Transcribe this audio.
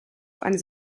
eines